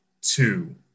two